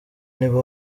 niba